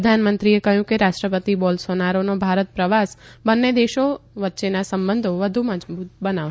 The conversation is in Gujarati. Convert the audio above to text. પ્રધાનમંત્રીએ કહ્યું કે રાષ્ટ્રપતિ બોલ સોનારોનો ભારત પ્રવાસ બંને દેશોના સંબંધ વધુ મજબૂત બનાવશે